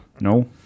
No